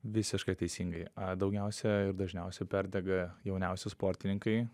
visiškai teisingai daugiausia ir dažniausiai perdega jauniausi sportininkai